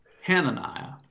Hananiah